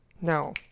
no